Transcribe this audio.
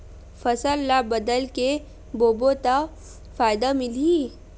फसल ल बदल के बोबो त फ़ायदा मिलही?